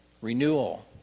renewal